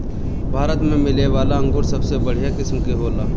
भारत में मिलेवाला अंगूर सबसे बढ़िया किस्म के होला